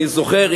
אני זוכר,